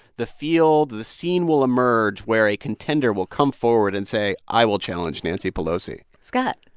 the field, the scene will emerge where a contender will come forward and say, i will challenge nancy pelosi scott,